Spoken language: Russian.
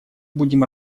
будем